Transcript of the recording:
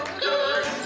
good